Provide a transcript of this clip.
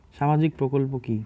সামাজিক প্রকল্প কি?